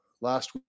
last